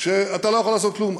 שאתה לא יכול לעשות כלום.